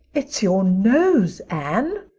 it's. your nose, anne.